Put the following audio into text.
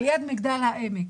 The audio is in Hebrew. על יד מגדל העמק.